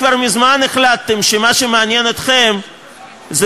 כבר מזמן החלטתם שמה שמעניין אתכם זה